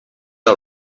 are